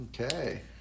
Okay